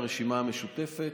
מהרשימה המשותפת.